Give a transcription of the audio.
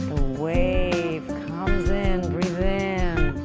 wave comes in, breathe in,